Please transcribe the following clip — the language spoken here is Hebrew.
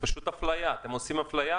חשבתי שמביאים לפה רק בחורי ישיבה...